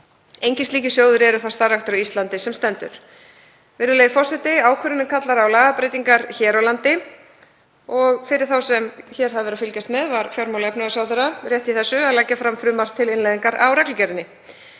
Engir slíkir sjóðir eru starfræktir á Íslandi sem stendur. Virðulegi forseti. Ákvörðunin kallar á lagabreytingar hér á landi og fyrir þá sem hér hafa verið að fylgjast með var fjármála- og efnahagsráðherra rétt í þessu að leggja fram frumvarp til innleiðingar á reglugerðinni.